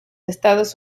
estados